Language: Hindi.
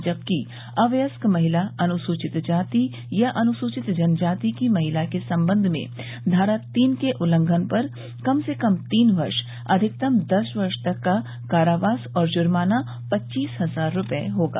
जबकि अवयस्क महिला अनुसूचित जाति या अनुसूचित जनजाति की महिला के सम्बन्ध में धारा तीन के उल्लंघन पर कम से कम तीन वर्ष अधिकतम दस वर्ष तक का कारासवास और जुर्माना पच्चीस हजार रूपया होगा